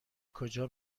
کجا